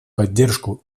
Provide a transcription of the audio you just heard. поддержку